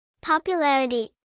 Popularity